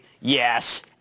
yes